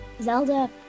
Zelda